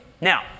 Now